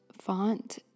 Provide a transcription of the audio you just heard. font